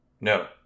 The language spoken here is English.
no